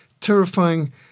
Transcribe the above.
terrifying